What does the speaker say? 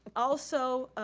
also